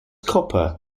copper